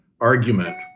argument